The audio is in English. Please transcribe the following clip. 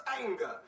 anger